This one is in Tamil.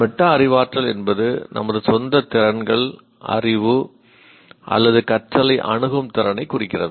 மெட்டா அறிவாற்றல் என்பது நமது சொந்த திறன்கள் அறிவு அல்லது கற்றலை அணுகும் திறனைக் குறிக்கிறது